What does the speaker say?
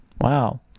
Wow